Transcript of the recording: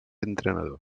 entrenador